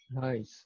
Nice